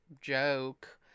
joke